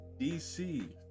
dc